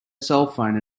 cellphone